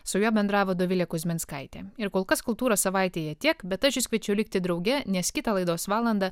su juo bendravo dovilė kuzminskaitė ir kol kas kultūros savaitėje tiek bet aš jus kviečiu likti drauge nes kitą laidos valandą